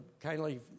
kindly